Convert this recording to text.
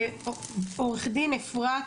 עורך דין אפרת